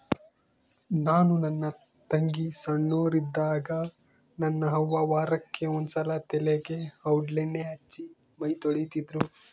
ನಾನು ನನ್ನ ತಂಗಿ ಸೊಣ್ಣೋರಿದ್ದಾಗ ನನ್ನ ಅವ್ವ ವಾರಕ್ಕೆ ಒಂದ್ಸಲ ತಲೆಗೆ ಔಡ್ಲಣ್ಣೆ ಹಚ್ಚಿ ಮೈತೊಳಿತಿದ್ರು